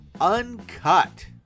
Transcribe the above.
Uncut